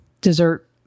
dessert